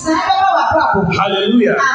Hallelujah